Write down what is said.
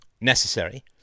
necessary